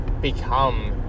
become